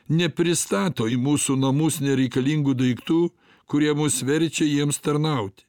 nepristato į mūsų namus nereikalingų daiktų kurie mus verčia jiems tarnauti